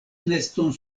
neston